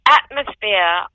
atmosphere